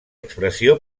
expressió